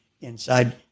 inside